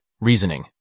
Reasoning